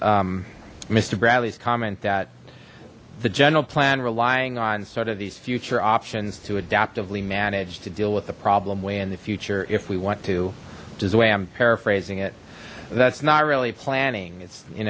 mister bradley's comment that the general plan relying on sort of these future options to adaptively managed to deal with the problem way in the future if we want to does way i'm paraphrasing it that's not really planning it's you